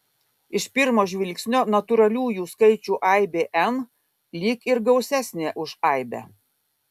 iš pirmo žvilgsnio natūraliųjų skaičių aibė n lyg ir gausesnė už aibę